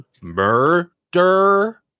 murder